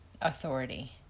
authority